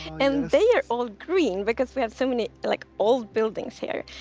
and they're all green because we have so many like old buildings there.